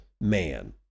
man